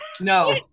No